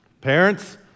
Parents